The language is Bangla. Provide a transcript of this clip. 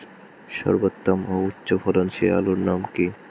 সর্বোত্তম ও উচ্চ ফলনশীল আলুর নাম কি?